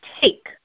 take